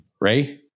Ray